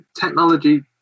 technology